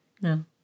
No